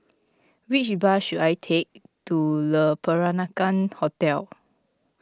which bus should I take to Le Peranakan Hotel